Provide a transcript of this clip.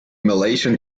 malaysian